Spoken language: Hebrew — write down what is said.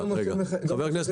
חבר הכנסת